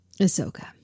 Ahsoka